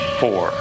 four